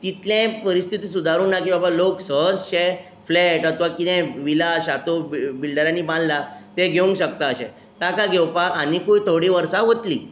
तितलेंय परिस्थिती सुदारूंक ना की बाबा लोक सहजशें फ्लॅट अथवा किदें विला शातोब बिल्डरांनी बांदलां तें घेवंक शकता अशें ताका घेवपाक आनिकूय थोडीं वर्सां वतलीं